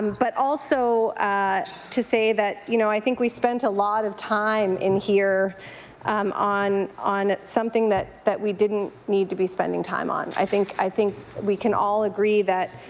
but also to say you know i think we spent a lot of time in here on on something that that we didn't need to be spending time on. i think i think we can all agree that